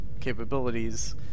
capabilities